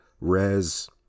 res